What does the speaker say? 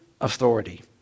authority